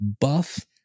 buff